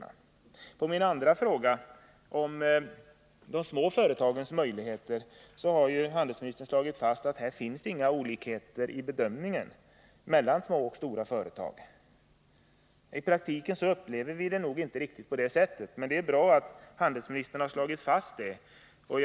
Som svar på min andra fråga om de små företagens möjligheter har handelsministern slagit fast att det inte finns några olikheter i bedömningen när det gäller små eller stora företag. I praktiken upplever vi det inte riktigt på det sättet, men det är bra att handelsministern slagit fast att olikheter inte finns.